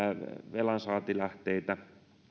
velansaantilähteitä